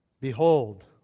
behold